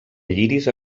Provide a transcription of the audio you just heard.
lliris